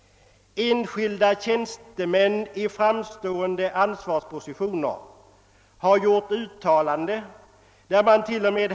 Enskilda tjänstemän i framstående ansvarspositioner har gjort uttalanden, där det.o.m.